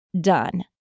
done